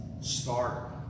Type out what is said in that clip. start